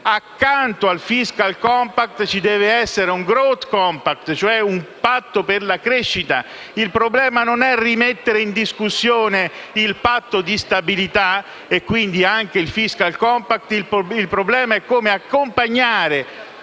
accanto al *fiscal compact* ci doveva essere un *growth compact*, cioè un patto per la crescita. Il problema non è rimettere in discussione il Patto di stabilità, e quindi anche il *fiscal compact*, ma è come accompagnare